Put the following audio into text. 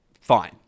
fine